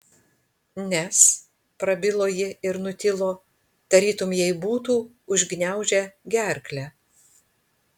nes prabilo ji ir nutilo tarytum jai būtų užgniaužę gerklę